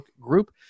group